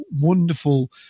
wonderful